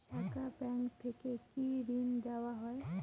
শাখা ব্যাংক থেকে কি ঋণ দেওয়া হয়?